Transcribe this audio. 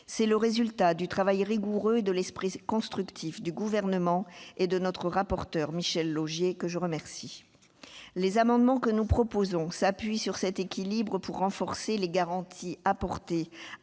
C'est le résultat du travail rigoureux et de l'esprit constructif du Gouvernement et de M. le rapporteur, Michel Laugier, que je remercie. Les amendements que nous proposons visent à s'appuyer sur cet équilibre pour renforcer les garanties apportées